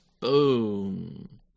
Boom